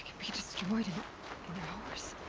be destroyed in. in hours?